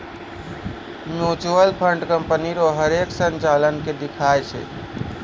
mutual fund company रो हरेक संचालन के दिखाय छै